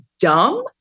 dumb